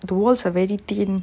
the walls are very thin